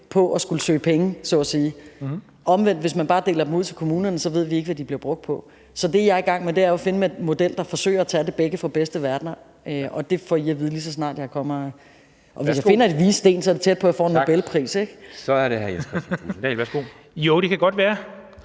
på at skulle søge penge så at sige. Omvendt ved vi, hvis man bare deler dem ud til kommunerne, ikke, hvad de bliver brugt på. Så det, jeg er i gang med, er jo at finde en model, der forsøger at tage det bedste fra begge verdener, og det får I at vide, lige så snart det kommer, og hvis jeg finder de vises sten, er det tæt på, at jeg får en Nobelpris, ikke? Kl. 14:18 Formanden